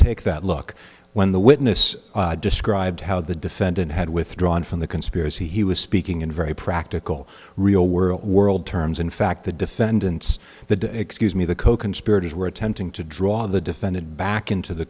take that look when the witness described how the defendant had withdrawn from the conspiracy he was speaking in very practical real world world terms in fact the defendants the excuse me the coconspirators were attempting to draw the defendant back into the